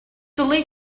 lee